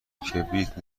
کبریت